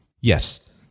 yes